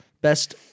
best